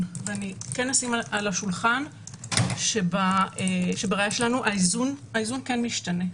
ואני אשים על השולחן שבראייה שלנו האיזון משתנה.